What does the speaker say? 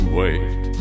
wait